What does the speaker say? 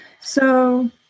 So-